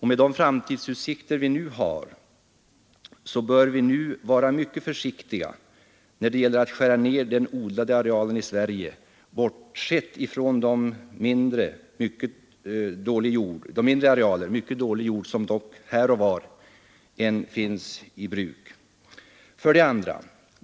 Med de framtidsutsikter vi har bör vi nu vara mycket försiktiga när det gäller att skära ned den odlade arealen i Sverige — naturligtvis bortsett från de mindre arealer med mycket dålig jord, som dock här och var ännu brukas. 2.